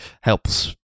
helps